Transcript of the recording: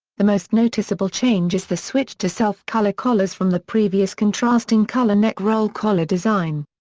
the most noticeable change is the switch to self-color collars from the previous contrasting color neck roll collar design.